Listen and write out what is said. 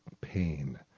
pain